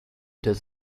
does